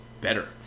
better